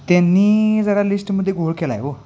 त्यांनी जरा लिस्टमध्ये घोळ केला आहे हो